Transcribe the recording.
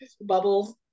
bubbles